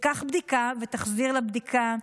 תיקח בדיקה ותחזיר בדיקה,